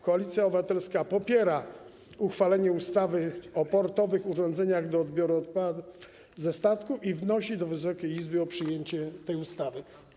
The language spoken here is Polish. Koalicja Obywatelska popiera uchwalenie ustawy o portowych urządzeniach do odbioru odpadów ze statków i wnosi do Wysokiej Izby o przyjęcie tej ustawy.